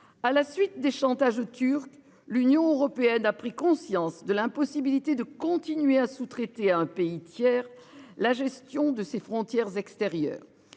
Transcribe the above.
À la suite des chantages turc, l'Union européenne a pris conscience de l'impossibilité de continuer à sous- traiter à un pays tiers la gestion de ses frontières extérieures.